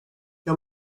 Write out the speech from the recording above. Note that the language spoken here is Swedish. jag